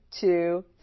two